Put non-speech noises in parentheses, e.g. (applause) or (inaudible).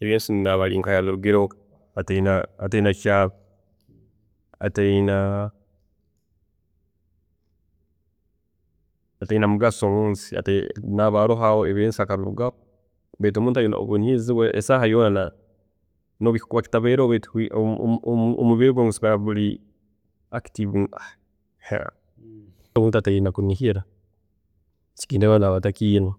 ebyensi naaba yabirugireho ateina (hesitation) ateina mugaso munsi, naaba aroho ebyensi akabirugaho, baitu omuntu owaine obwoomezi bwe esaaha yoona nobu kikuba kitabeireho beitu omubiri gwe nigusigala guri active (hesitation) hatati nkomuntu ateine kunihira, ekyokunihira naaba atakiine.